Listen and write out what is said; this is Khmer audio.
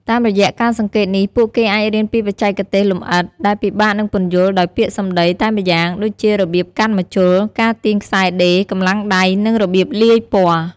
តាមរយៈការសង្កេតនេះ ពួកគេអាចរៀនពីបច្ចេកទេសលម្អិត ដែលពិបាកនឹងពន្យល់ដោយពាក្យសម្ដីតែម្យ៉ាង ដូចជារបៀបកាន់ម្ជុល ការទាញខ្សែដេរ កម្លាំងដៃ និងរបៀបលាយពណ៌។